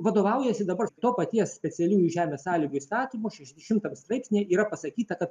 vadovaujasi dabar to paties specialiųjų žemės sąlygų įstatymu šešiasdešimtam straipsnyje yra pasakyta kad